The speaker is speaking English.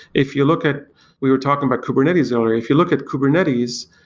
if you look at we were talking about kubernetes earlier. if you look at kubernetes,